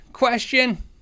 question